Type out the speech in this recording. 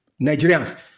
Nigerians